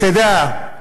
אתה יודע,